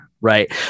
right